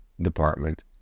department